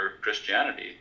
Christianity